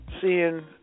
seeing